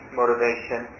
motivation